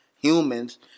humans